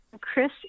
Chris